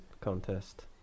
contest